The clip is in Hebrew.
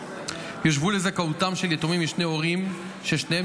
תושווה לזכאותם של יתומים משני הורים ששניהם